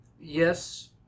Yes